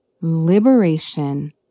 liberation